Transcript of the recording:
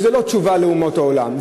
וזו לא תשובה לאומות העולם,